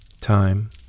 Time